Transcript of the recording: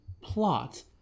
plot